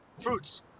fruits